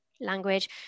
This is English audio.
language